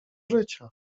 życia